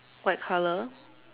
white color